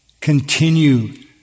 continue